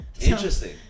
Interesting